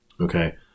Okay